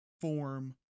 form